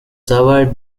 survived